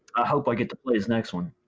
hope i get to play his next one.